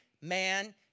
man